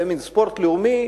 זה מין ספורט לאומי,